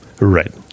right